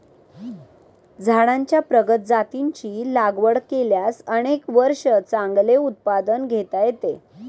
झाडांच्या प्रगत जातींची लागवड केल्यास अनेक वर्षे चांगले उत्पादन घेता येते